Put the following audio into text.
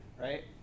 right